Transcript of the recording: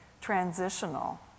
transitional